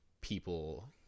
people